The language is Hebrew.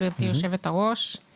גברתי יושבת הראש,